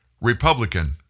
Republican